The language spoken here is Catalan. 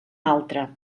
altre